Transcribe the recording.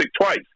twice